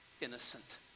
innocent